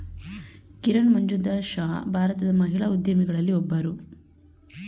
ಕಿರಣ್ ಮಜುಂದಾರ್ ಶಾ ಭಾರತದ ಮಹಿಳಾ ಉದ್ಯಮಿಗಳಲ್ಲಿ ಒಬ್ಬರು